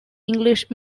english